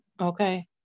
Okay